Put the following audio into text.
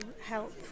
help